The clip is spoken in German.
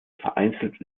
vereinzelt